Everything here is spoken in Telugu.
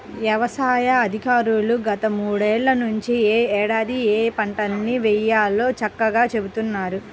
యవసాయ అధికారులు గత మూడేళ్ళ నుంచి యే ఏడాది ఏయే పంటల్ని వేయాలో చక్కంగా చెబుతున్నారు